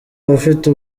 abafite